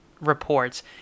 reports